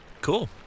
Cool